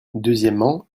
deuxièmement